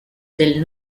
del